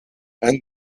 and